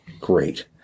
Great